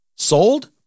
Sold